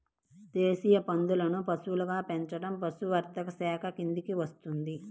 దేశీయ పందులను పశువులుగా పెంచడం పశుసంవర్ధక శాఖ కిందికి వస్తుంది